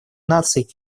наций